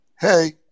hey